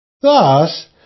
Thus